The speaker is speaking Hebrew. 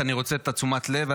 אני גם רוצה את תשומת הלב.